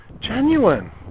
genuine